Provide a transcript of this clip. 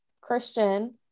christian